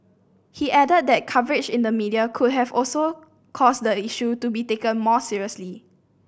he added that coverage in the media could have also caused the issue to be taken more seriously